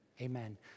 Amen